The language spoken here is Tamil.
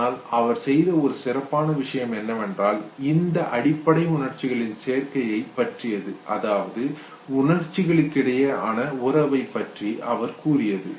ஆனால் அவர் செய்த ஒரு சிறப்பான விஷயம் என்னவென்றால் இந்த அடிப்படை உணர்ச்சிகளின் சேர்க்கைகளை பற்றியது அதாவது உணர்ச்சிகளுக்கிடையேயான உறவைப் பற்றி அவர் கூறியது